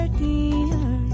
dear